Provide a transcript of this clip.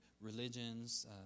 religions